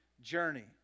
journey